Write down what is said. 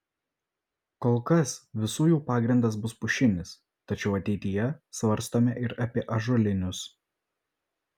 kol kas visų jų pagrindas bus pušinis tačiau ateityje svarstome ir apie ąžuolinius